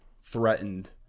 threatened